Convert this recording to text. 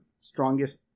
strongest